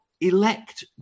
elect